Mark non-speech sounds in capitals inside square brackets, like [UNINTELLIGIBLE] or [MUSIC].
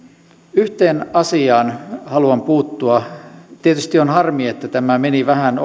yhteen asiaan haluan puuttua tietysti on harmi että tämä meni vähän [UNINTELLIGIBLE]